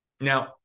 now